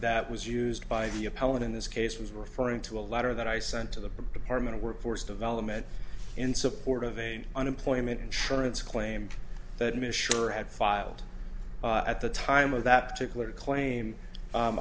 that was used by the appellant in this case was referring to a letter that i sent to the department of workforce development in support of a new unemployment insurance claim that miss sure had filed at the time of that particular claim